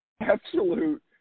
absolute